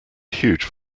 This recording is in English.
huge